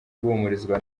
guhumurizwa